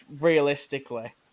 realistically